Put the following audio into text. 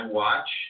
watch